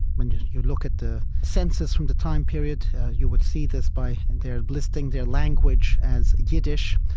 when you look at the census from the time period you would see this by and their listing their language as yiddish,